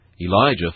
Elijah